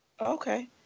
Okay